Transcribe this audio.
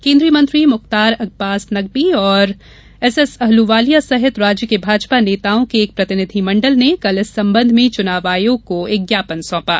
केन्द्रीय मंत्री मुख्तार अब्बास नकवी और एस एस अहलुवालिया सहित राज्य के भाजपा नेताओं के एक प्रतिनिधि मंडल ने कल इस संबंध में चुनाव आयोग को एक ज्ञापन सौंपा